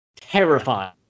Terrifying